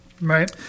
Right